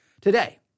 Today